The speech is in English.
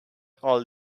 all